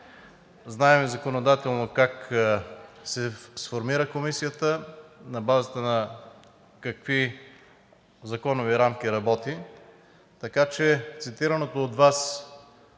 Знаем законодателно как се сформира Комисията, на базата на какви законови рамки работи, така че цитираното от Вас –